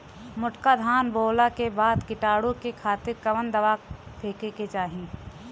मोटका धान बोवला के बाद कीटाणु के खातिर कवन दावा फेके के चाही?